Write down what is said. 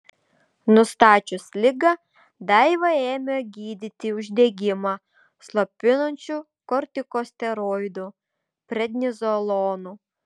nustačius ligą daivą ėmė gydyti uždegimą slopinančiu kortikosteroidu prednizolonu